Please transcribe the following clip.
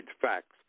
facts